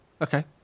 okay